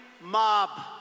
mob